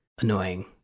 annoying